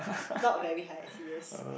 not very high S_E_S